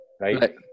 Right